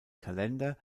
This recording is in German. kalender